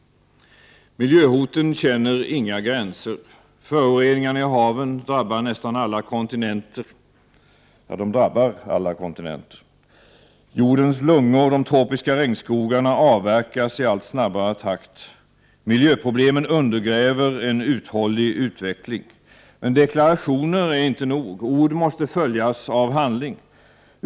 Miljöhoten känner inga gränser. Föroreningarna i haven drabbar alla kontinenter. Jordens lungor, de tropiska regnskogarna, avverkas i allt snabbare takt. Miljöproblemen undergräver en uthållig utveckling. Deklarationer är inte nog. Ord måste följas av handling.